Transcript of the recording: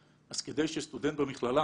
אז כדי שסטודנט במכללה